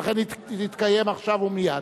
ולכן היא תתקיים עכשיו ומייד.